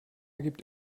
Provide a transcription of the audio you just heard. gibt